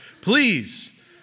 Please